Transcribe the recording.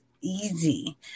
easy